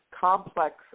complex